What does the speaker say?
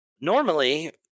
Normally